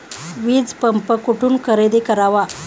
वीजपंप कुठून खरेदी करावा?